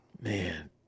man